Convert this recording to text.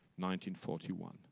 1941